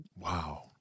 Wow